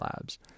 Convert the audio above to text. labs